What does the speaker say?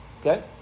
Okay